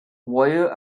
warrior